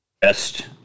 Best